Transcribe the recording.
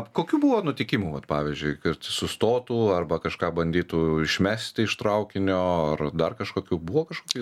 kokių buvo nutikimų vat pavyzdžiui kad sustotų arba kažką bandytų išmesti iš traukinio ar dar kažkokių buvo kažkokių